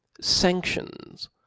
sanctions